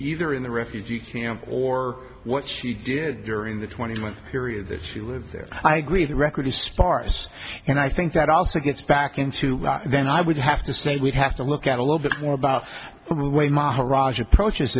either in the refugee camp or what she did during the twenty month period that she lived there i agree the record is sparse and i think that also gets back into then i would have to say we'd have to look at a little bit more about the way maharaj approaches